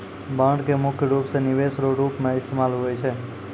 bond के मुख्य रूप से निवेश रो रूप मे इस्तेमाल हुवै छै